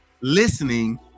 listening